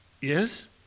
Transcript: yes